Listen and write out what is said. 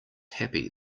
happy